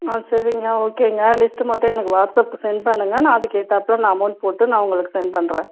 ஆ சரிங்க ஓகேங்க லிஸ்ட்டு மட்டும் எனக்கு வாட்ஸ்அப்க்கு செண்ட் பண்ணுங்கள் நான் அதுக்கேற்றாப்புல நான் அமௌண்ட் போட்டு நான் உங்களுக்கு செண்ட் பண்ணுறேன்